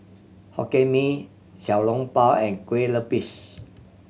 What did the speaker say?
Hokkien Mee Xiao Long Bao and Kueh Lupis